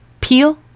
Peel